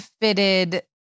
fitted